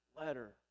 letter